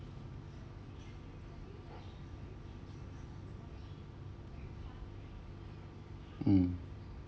mm